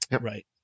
Right